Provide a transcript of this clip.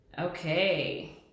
Okay